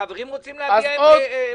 החברים רוצים להביע את עמדתם.